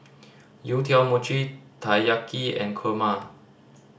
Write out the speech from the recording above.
youtiao Mochi Taiyaki and kurma